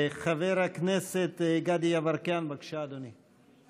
חבר הכנסת גדי יברקן, בבקשה, אדוני.